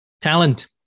Talent